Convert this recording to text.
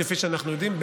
כפי שאנחנו יודעים,